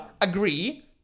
agree